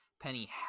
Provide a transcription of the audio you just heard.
Penny